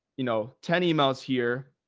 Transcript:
you know, ten emails here,